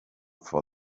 for